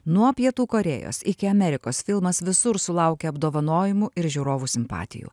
nuo pietų korėjos iki amerikos filmas visur sulaukia apdovanojimų ir žiūrovų simpatijų